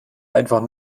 einfach